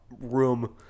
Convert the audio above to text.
room